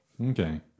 Okay